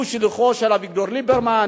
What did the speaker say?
הוא שליחו של אביגדור ליברמן.